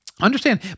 Understand